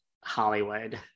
Hollywood